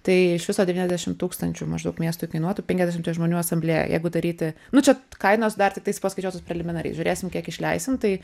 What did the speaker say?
tai iš viso devyniasdešim tūkstančių maždaug miestui kainuotų penkiasdešimties žmonių asamblėja jeigu daryti nu čia kainos dar tiktai paskaičiuotos preliminariai žiūrėsim kiek išleisim tai